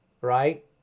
right